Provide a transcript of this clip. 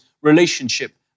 relationship